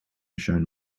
shown